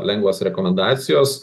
lengvos rekomendacijos